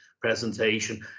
presentation